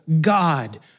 God